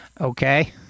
Okay